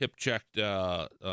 hip-checked